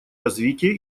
развитие